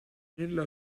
nella